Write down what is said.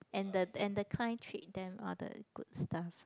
and the and the client treat them all the good stuff ah